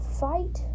fight